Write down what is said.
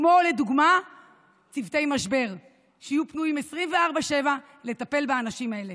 כמו לדוגמה צוותי משבר שיהיו פנויים 24/7 לטפל באנשים האלה.